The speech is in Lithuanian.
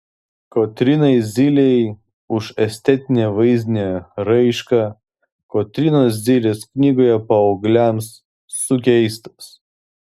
kotrynai zylei už estetinę vaizdinę raišką kotrynos zylės knygoje paaugliams sukeistas